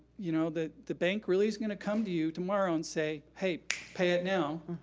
you know the the bank really isn't gonna come to you tomorrow and say hey, pay it now.